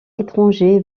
étranger